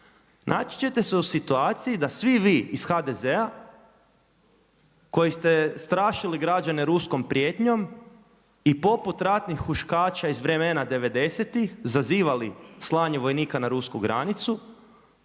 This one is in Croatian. Naći ćete se u situaciji da svi vi iz HDZ-a koji ste strašili građane ruskom prijetnjom i poput ratnih huškača iz vremena devedesetih zazivali slanje vojnika na rusku granicu